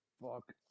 fuck